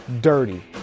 dirty